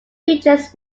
features